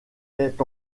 est